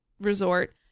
resort